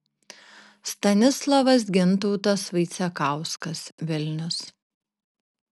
stanislovas gintautas vaicekauskas vilnius